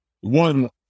one